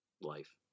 Life